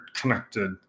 connected